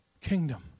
kingdom